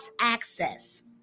access